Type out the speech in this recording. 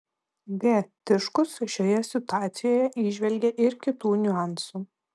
g tiškus šioje situacijoje įžvelgė ir kitų niuansų